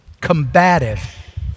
combative